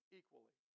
equally